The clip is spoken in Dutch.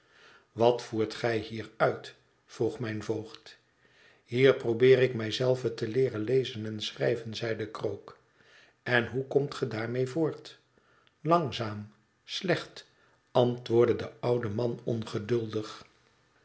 wat voert gij hier uit vroeg mijn voogd hier probeer ik mij zelven te leeren lezen en schrijven zeide krook en hoe komt ge daarmee voort langzaam slecht antwoordde de oude man